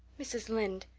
mrs. lynde,